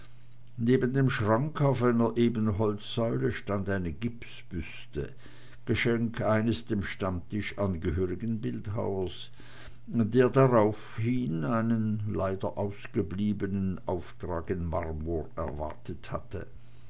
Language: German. neben dem schrank auf einer ebenholzsäule stand eine gipsbüste geschenk eines dem stammtisch angehörigen bildhauers der daraufhin einen leider ausgebliebenen auftrag in marmor erwartet hatte